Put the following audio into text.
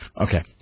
Okay